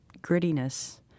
grittiness